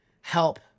help